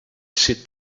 sit